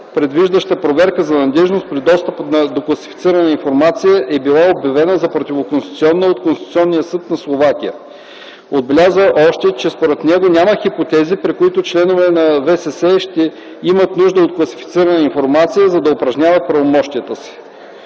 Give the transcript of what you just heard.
предвиждаща проверка за надеждност при достъпа до класифицирана информация, е била обявена за противоконституционна от Конституционния съд на Словакия. Отбеляза още, че според него няма хипотези, при които членовете на ВСС ще имат нужда от класифицирана информация, за да упражняват правомощията си.